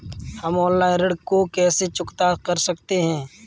हम ऑनलाइन ऋण को कैसे चुकता कर सकते हैं?